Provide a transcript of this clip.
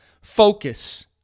focus